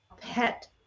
pet